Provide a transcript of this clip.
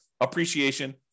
appreciation